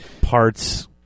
parts